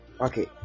okay